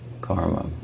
karma